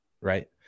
right